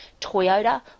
Toyota